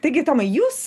taigi tomai jūs